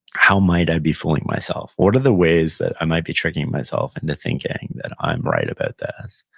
how might i be fooling myself? what are the ways that i might be tricking myself into thinking that i'm right about this?